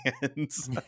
hands